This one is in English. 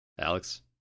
Alex